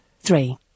three